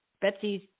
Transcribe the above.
Betsy's